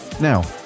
now